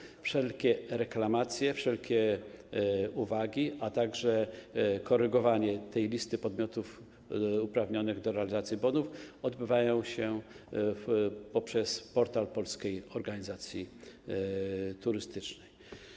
Składanie wszelkich reklamacji, wszelkich uwag, a także korygowanie listy podmiotów uprawnionych do realizacji bonów odbywa się poprzez portal Polskiej Organizacji Turystycznej.